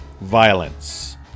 violence